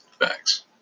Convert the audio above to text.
Facts